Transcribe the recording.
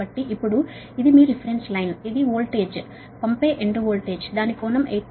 కాబట్టి ఇప్పుడు ఇది మీ రిఫరెన్స్ లైన్ ఈ వోల్టేజ్ పంపే ఎండ్ వోల్టేజ్ దాని కోణం 8